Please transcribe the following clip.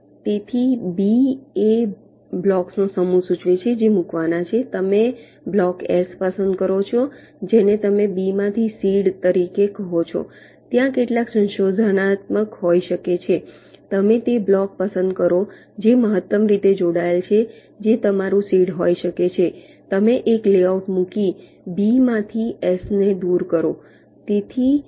તેથી B એ બ્લોક્સના સમૂહને સૂચવે છે કે જે મૂકવાના છે તમે બ્લોક S પસંદ કરો છો જેને તમે B માંથી સીડ તરીકે કહો છો ત્યાં કેટલાક સંશોધનાત્મક હોઈ શકે છે તમે તે બ્લોક પસંદ કરો જે મહત્તમ રીતે જોડાયેલ છે જે તમારું સીડ હોઈ શકે છે તમે એક લેઆઉટ મૂકી B માંથી S ને દૂર કરો